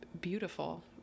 beautiful